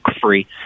free